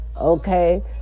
okay